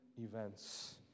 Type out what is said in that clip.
events